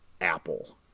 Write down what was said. apple